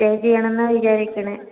stay ചെയ്യണമെന്നാണ് വിചാരിക്കുന്നത്